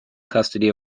custody